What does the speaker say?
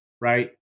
right